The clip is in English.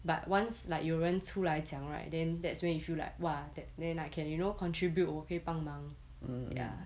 but once like 有人出来讲 right then that's where you feel like !wah! that then I can you know contribute 我可以帮忙 ya